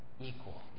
equal